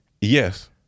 Yes